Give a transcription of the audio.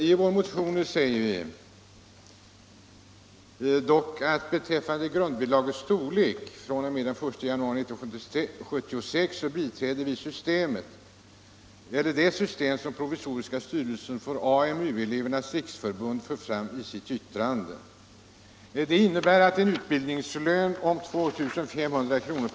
I vår motion 2011 säger vi emellertid följande: ”Beträffande grundbidragets storlek från och med den 1 januari 1976 biträder vi det system som den provisoriska styrelsen för AMU-elevernas riksförbund fört fram i sitt yttrande. Det innebär en utbildningslön på 2 500 kr.